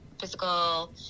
physical